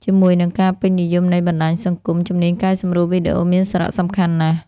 ជាមួយនឹងការពេញនិយមនៃបណ្ដាញសង្គម ជំនាញកែសម្រួលវីដេអូមានសារៈសំខាន់ណាស់។